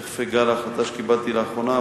ותיכף אגע בהחלטה שקיבלתי לאחרונה,